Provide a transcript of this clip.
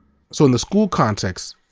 so in the school context,